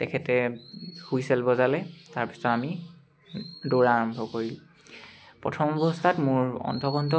তেখেতে হুইছেল বজালে তাৰপিছত আমি দৌৰা আৰম্ভ কৰিলোঁ প্ৰথম অৱস্থাত মোৰ অণ্ঠ কণ্ঠ